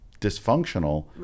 dysfunctional